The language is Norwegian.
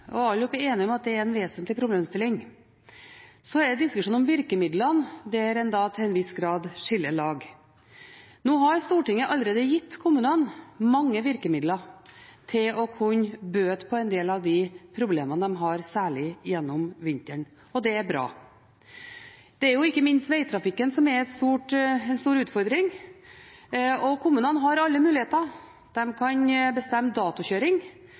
er en vesentlig problemstilling. Så er det i diskusjonen om virkemidlene en til en viss grad skiller lag. Nå har Stortinget allerede gitt kommunene mange virkemidler til å kunne bøte på en del av de problemene de har, særlig gjennom vinteren, og det er bra. Det er ikke minst vegtrafikken som er en stor utfordring, og kommunene har alle muligheter. De kan bestemme datokjøring,